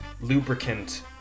lubricant